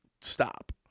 stop